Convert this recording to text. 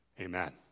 Amen